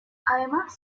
además